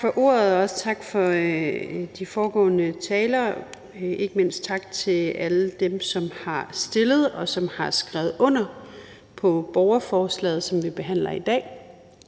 Tak for ordet, og også tak til de foregående talere, og ikke mindst tak til alle dem, som har stillet, og som har skrevet under på borgerforslaget, som vi behandler i dag.